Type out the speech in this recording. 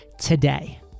today